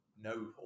no